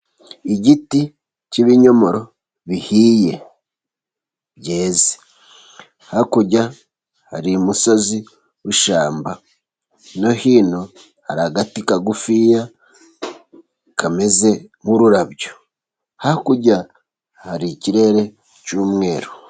Igiti k'ibinyomoro bihiye, byeze. Hakurya hari musozi w'ishyamba. No hino hari agati kagufiya, kameze nk'ururabyo. Hakurya hari ikirere cy'umweru.